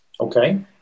Okay